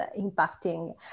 impacting